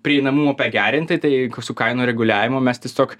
prieinamumą pagerinti tai su kainų reguliavimu mes tiesiog